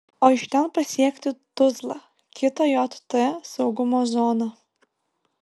o iš ten pasiekti tuzlą kitą jt saugumo zoną